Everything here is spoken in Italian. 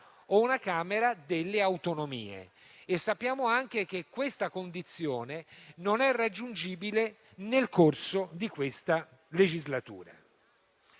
o una Camera delle autonomie. Sappiamo anche che questa condizione non è raggiungibile nel corso di questa legislatura.